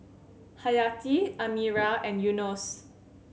Hayati Amirah and Yunos